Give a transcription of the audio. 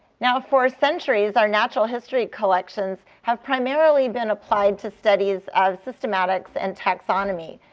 now, for centuries our natural history collections have primarily been applied to studies of systematics and taxonomy.